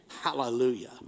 Hallelujah